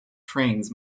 cranes